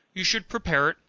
you should prepare it,